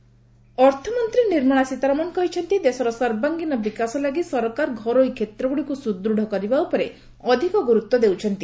Sitharaman budget ଅର୍ଥମନ୍ତ୍ରୀ ନିର୍ମଳା ସୀତାରମଣ କହିଛନ୍ତି ଦେଶର ସର୍ବାଙ୍ଗୀନ ବିକାଶ ଲାଗି ସରକାର ଘରୋଇ କ୍ଷେତ୍ରଗୁଡ଼ିକୁ ସୁଦୃଢ଼ କରିବା ଉପରେ ଅଧିକ ଗୁରୁତ୍ୱ ଦେଉଛନ୍ତି